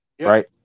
Right